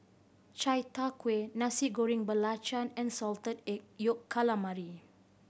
chai tow kway Nasi Goreng Belacan and Salted Egg Yolk Calamari